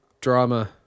drama